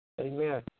Amen